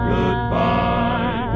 Goodbye